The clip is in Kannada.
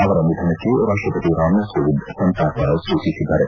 ಅವರ ನಿಧನಕ್ಕೆ ರಾಷ್ಟಪತಿ ರಾಮನಾಥ್ ಕೋವಿಂದ್ ಸಂತಾಪ ಸೂಚಿಸಿದ್ದಾರೆ